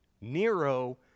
Nero